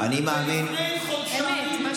ולפני חודשיים שינו את הנוהל.